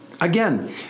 Again